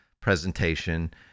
presentation